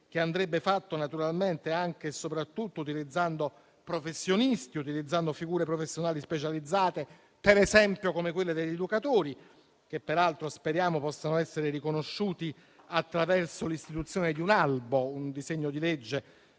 che andrebbe fatto naturalmente anche e soprattutto utilizzando professionisti, figure professionali specializzate come, per esempio, quelle degli educatori, che peraltro speriamo possano essere riconosciuti attraverso l'istituzione di un albo (un disegno di legge